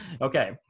Okay